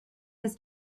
his